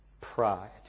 pride